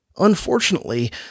Unfortunately